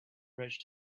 bridge